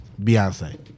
Beyonce